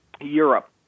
Europe